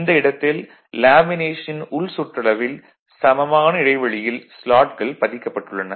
இந்த இடத்தில் லேமினேஷனின் உள் சுற்றளவில் சமமான இடைவெளியில் ஸ்லாட்கள் பதிக்கப்பட்டுள்ளன